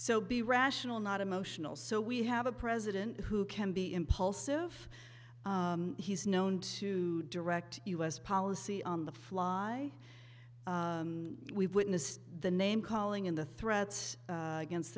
so be rational not emotional so we have a president who can be impulsive he's known to direct u s policy on the fly we've witnessed the name calling in the threats against